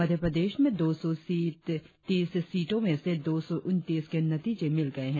मध्य प्रदेश में दो सौ तीस सीटों में से दो सौ उनतीस के नतीजे मिल गए हैं